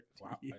Wow